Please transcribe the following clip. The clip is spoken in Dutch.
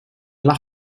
lag